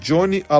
Johnny